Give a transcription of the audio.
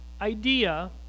idea